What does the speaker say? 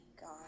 God